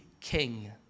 King